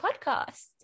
podcast